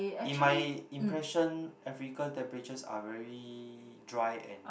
in my impression Africa temperatures are very dry and